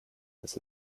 this